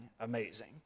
amazing